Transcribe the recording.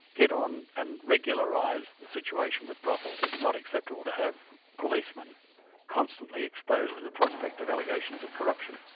get on and regularise the situation with brothels it's not acceptable to have policemen constantly exposed to the prospect of allegations of corruption.